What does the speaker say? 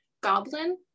Goblin